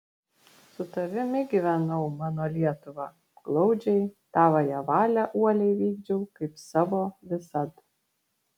su tavimi gyvenau mano lietuva glaudžiai tavąją valią uoliai vykdžiau kaip savo visad